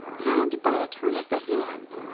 had, by a turn of the hand,